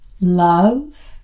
love